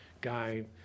guy